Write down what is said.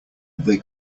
they